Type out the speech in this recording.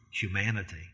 humanity